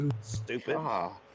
Stupid